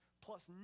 plus